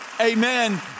amen